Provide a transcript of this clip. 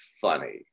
funny